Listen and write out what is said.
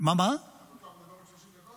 אתה הולך לדבר עוד 30 דקות?